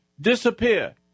disappear